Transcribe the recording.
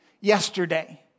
yesterday